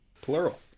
plural